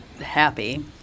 happy